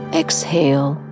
exhale